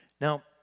Now